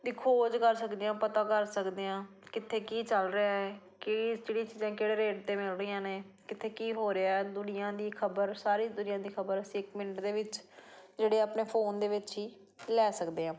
ਦੀ ਖੋਜ ਕਰ ਸਕਦੇ ਹਾਂ ਪਤਾ ਕਰ ਸਕਦੇ ਹਾਂ ਕਿੱਥੇ ਕੀ ਚੱਲ ਰਿਹਾ ਕਿ ਜਿਹੜੀਆਂ ਚੀਜ਼ਾਂ ਕਿਹੜੇ ਰੇਟ 'ਤੇ ਮਿਲ ਰਹੀਆਂ ਨੇ ਕਿੱਥੇ ਕੀ ਹੋ ਰਿਹਾ ਦੁਨੀਆ ਦੀ ਖਬਰ ਸਾਰੀ ਦੁਨੀਆ ਦੀ ਖਬਰ ਅਸੀਂ ਇੱਕ ਮਿੰਟ ਦੇ ਵਿੱਚ ਜਿਹੜੇ ਆਪਣੇ ਫੋਨ ਦੇ ਵਿੱਚ ਹੀ ਲੈ ਸਕਦੇ ਹਾਂ